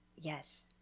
Yes